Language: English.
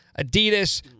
Adidas